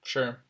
Sure